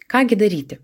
ką gi daryti